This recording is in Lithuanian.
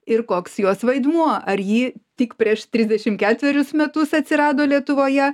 ir koks jos vaidmuo ar ji tik prieš trisdešim ketverius metus atsirado lietuvoje